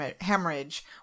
hemorrhage